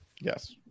Yes